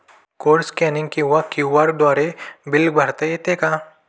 Code scanning किंवा QR द्वारे bill भरता येते का?